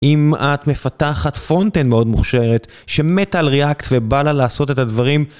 אם את מפתחת FRONTEND מאוד מוכשרת שמתה על REACT ובא לה לעשות את הדברים